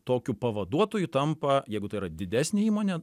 tokiu pavaduotoju tampa jeigu tai yra didesnė įmonė